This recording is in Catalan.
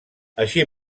així